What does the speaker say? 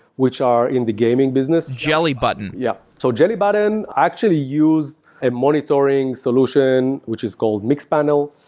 which are in the gaming business. jelly button yeah. so jelly button actually used a monitoring solution which is called mixpanel,